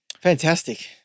Fantastic